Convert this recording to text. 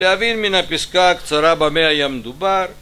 להבין מן הפסקה הקצרה במי היה מדובר